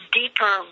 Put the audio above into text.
deeper